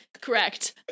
Correct